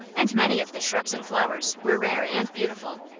and many of the shrubs and flowers were rare and beautiful.